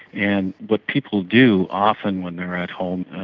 and what people do often when they are at home,